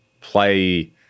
play